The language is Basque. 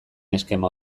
eskema